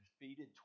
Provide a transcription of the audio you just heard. defeated